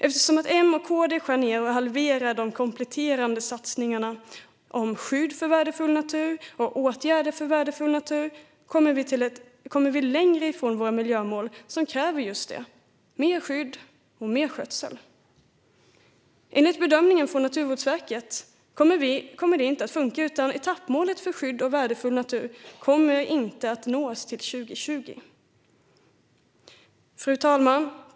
Eftersom M och KD skär ned och halverar de kompletterande satsningarna på skydd för värdefull natur och åtgärder för värdefull natur kommer vi längre ifrån våra miljömål som kräver just det: mer skydd och mer skötsel. Enligt bedömningen från Naturvårdsverket kommer det inte att funka, utan etappmålet för skydd av värdefull natur kommer inte att nås till 2020. Fru talman!